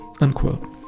unquote